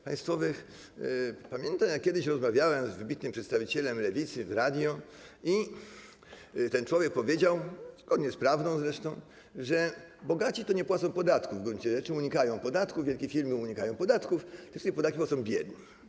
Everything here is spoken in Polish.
Pamiętam, jak kiedyś rozmawiałem z wybitnym przedstawicielem Lewicy w radiu i ten człowiek powiedział, zgodnie z prawdą zresztą, że bogaci to nie płacą podatków w gruncie rzeczy, unikają podatków, wielkie firmy unikają podatków, przede wszystkim podatki płacą biedni.